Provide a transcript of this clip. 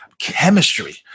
chemistry